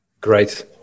Great